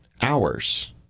hours